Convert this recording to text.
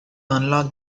unlock